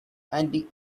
and